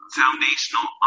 foundational